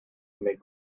make